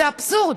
זה אבסורד.